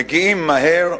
מגיעים מהר.